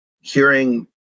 hearing